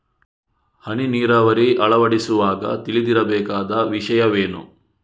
ಹನಿ ನೀರಾವರಿ ಅಳವಡಿಸುವಾಗ ತಿಳಿದಿರಬೇಕಾದ ವಿಷಯವೇನು?